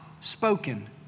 spoken